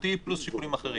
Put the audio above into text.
בריאותי פלוס שיקולים אחרים